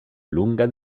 lunga